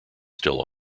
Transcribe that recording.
still